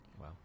Wow